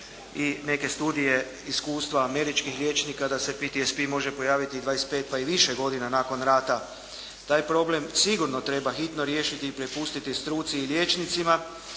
i neke studije, iskustva američkih liječnika da se PTSP može pojaviti dvadeset pet pa i više godina nakon rata. Taj problem sigurno treba hitno riješiti i prepustiti struci i liječnicima